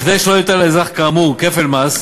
כדי שלא יוטל על אזרח כאמור כפל מס,